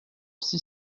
six